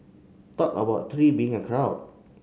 talk about three being a crowd